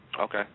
Okay